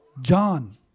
John